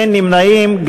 אין נמנעים.